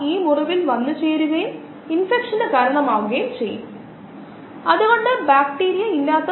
bio റിയാക്ടറുകൾ ഉപയോഗിച്ച് വിവിധ ആവശ്യങ്ങൾക്കായി ഉപയോഗിക്കുന്ന സ്റ്റെം സെല്ലുകളും നമുക്ക് വളർത്താം